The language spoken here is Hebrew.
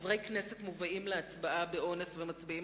חברי הכנסת מובאים להצבעה באונס ומצביעים